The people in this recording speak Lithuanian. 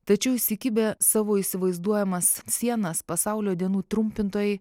tačiau įsikibę savo įsivaizduojamas sienas pasaulio dienų trumpintojai